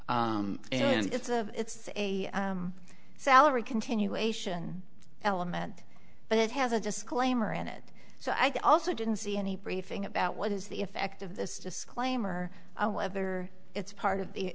and it's a it's a salary continuation element but it has a disclaimer in it so i also didn't see any briefing about what is the effect of this disclaimer whether it's part of